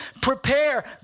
Prepare